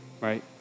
right